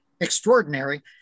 extraordinary